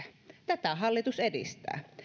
tätä hallitus edistää